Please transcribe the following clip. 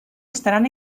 estaran